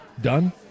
done